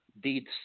deeds